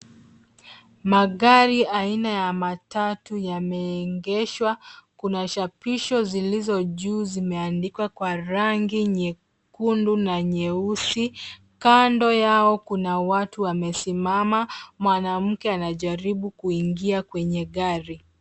Magari aina ya matatu yamegeshwa. Kuna chapisho zilizo juu zimeandikwa kwa rangi nyekundu na nyeusi. Kando yao kuna watu wamesimama. Mwanamke anajaribu kuingia kwenye gari.